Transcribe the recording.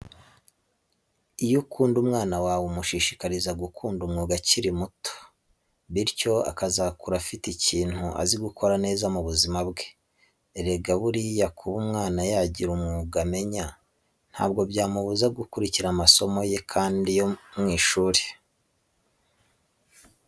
Iyo ukunda umwana wawe umushishikariza gukunda umwuga akiri mutoya bityo akazakura afite ikintu azi gukora neza mu buzima bwe. Erega buriya kuba umwana yagira umwuga amenya ntabwo byamubuza gukurikira amasomo ye yandi yo ku ishuri.